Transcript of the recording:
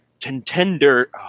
contender